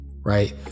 right